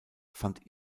fand